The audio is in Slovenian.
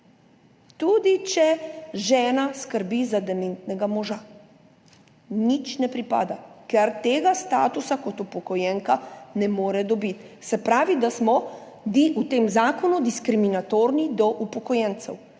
Tudi če žena skrbi za dementnega moža, ji nič ne pripada, ker tega statusa kot upokojenka ne more dobiti, se pravi, da smo mi v tem zakonu diskriminatorni do upokojencev.